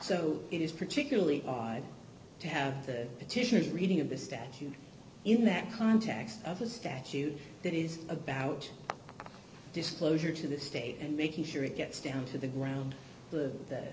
it is particularly odd to have the petitioner's reading of the statute in that context of a statute that is about disclosure to the state and making sure it gets down to the ground t